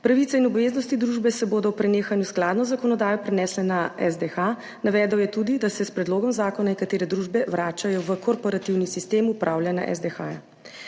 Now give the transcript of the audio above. Pravice in obveznosti družbe se bodo ob prenehanju skladno z zakonodajo prenesle na SDH. Navedel je tudi, da se s predlogom zakona nekatere družbe vračajo v korporativni sistem upravljanja SDH.